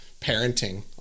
parenting